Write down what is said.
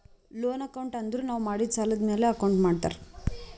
loan account ಅಂದುರ್ ನಾವು ಮಾಡಿದ್ ಸಾಲದ್ ಮ್ಯಾಲ ಅಕೌಂಟ್ ಮಾಡ್ತಾರ್